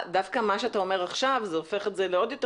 דווקא מה שאתה אומר עכשיו זה הופך את זה לעוד יותר